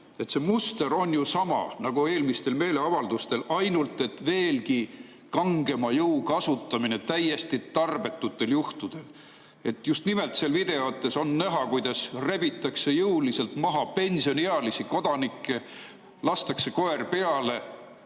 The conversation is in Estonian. See muster on ju sama nagu eelmistel meeleavaldustel, ainult et [kasutatakse] veelgi kangemat jõudu täiesti tarbetutel juhtudel. Just nimelt seal videotes on näha, kuidas rebitakse jõuliselt maha pensioniealisi kodanikke, lastakse koer peale.